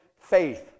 faith